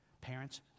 Parents